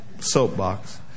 soapbox